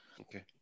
Okay